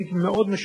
לכן,